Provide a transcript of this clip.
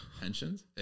pensions